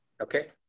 Okay